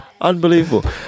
Unbelievable